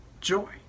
joy